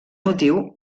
motiu